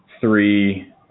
three